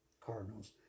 Cardinals